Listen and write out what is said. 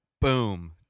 Boom